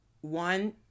one